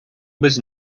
без